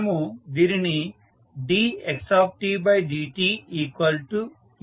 మనము దీనిని dxdtAxt గా పొందాము